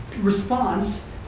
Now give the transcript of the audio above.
response